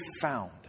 found